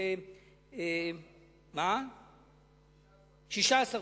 16 קוב.